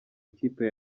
ikipe